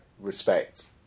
respect